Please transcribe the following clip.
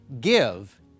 give